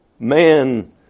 Man